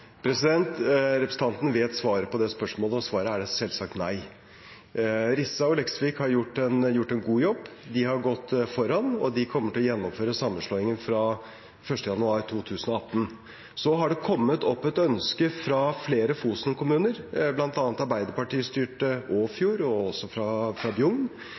Representanten vet svaret på det spørsmålet, og svaret er selvsagt nei. Rissa og Leksvik har gjort en god jobb, de har gått foran, og de kommer til å gjennomføre sammenslåingen fra 1. januar 2018. Så har det kommet opp et ønske fra flere Fosen-kommuner, bl.a. fra Arbeiderparti-styrte Åfjord, og også fra Bjugn,